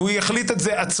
הוא יחליט את זה עצמאית.